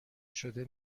شده